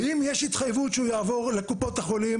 האם יש התחייבות שהוא יעבור לקופות החולים?